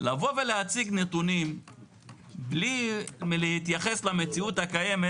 לבוא ולהציג נתונים בלי להתייחס למציאות הקיימת